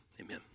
Amen